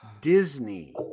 Disney